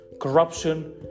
corruption